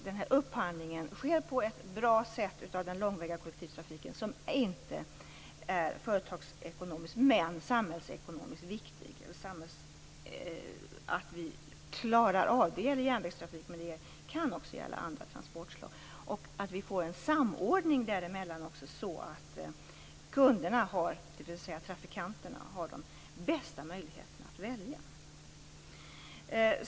Denna myndighet skall se till att upphandlingen av den långväga kollektivtrafiken sker på ett bra sätt. Den är ju inte företagsekonomiskt lönsam, men den är samhällsekonomiskt viktig. Det kan också gälla andra transportslag än järnvägstrafik. Vi måste också få till stånd en samordning så att kunderna - dvs. trafikanterna - har de bästa möjligheterna att välja.